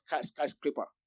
skyscraper